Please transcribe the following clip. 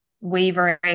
wavering